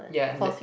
yeah and they